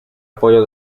apoyo